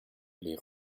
les